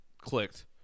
clicked